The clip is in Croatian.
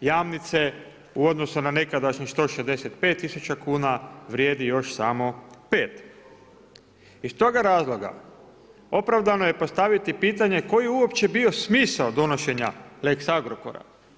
Jamnice, u odnosu na nekadašnjih 165000 vrijedi još samo 5. Iz toga razloga, opravdano je postaviti pitanje, koje je uopće bio smisao donošenja lex Agrokora.